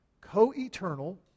co-eternal